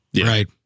Right